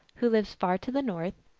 who lives far to the north,